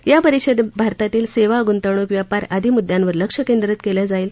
या परिषदेत भारतातील सेवा गुंतवणूक व्यापार आदी मुद्यांवर लक्ष्य केंद्रीत केलं जाईल